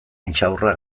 intxaurra